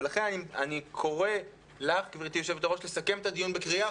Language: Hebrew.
לכן אני קורא לך גברתי יו"ר לסכם את הדיון בקריאה